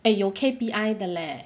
eh 有 K_P_I 的 leh